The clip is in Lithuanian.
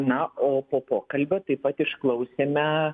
na o po pokalbio taip pat išklausėme